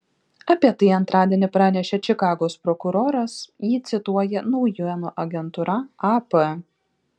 apie tai antradienį pranešė čikagos prokuroras jį cituoja naujienų agentūra ap